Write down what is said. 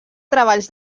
treballs